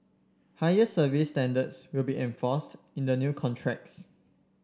higher service standards will be enforced in the new contracts